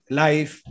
life